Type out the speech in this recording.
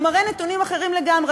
הוא מראה נתונים אחרים לגמרי,